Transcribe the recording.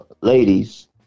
ladies